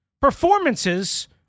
performances